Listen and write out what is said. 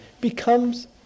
becomes